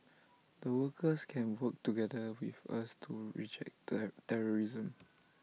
the workers can work together with us to reject that terrorism